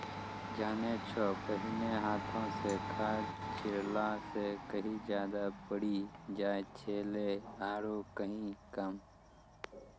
जानै छौ पहिने हाथों स खाद छिड़ला स कहीं ज्यादा पड़ी जाय छेलै आरो कहीं कम